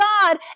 God